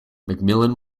mcmillan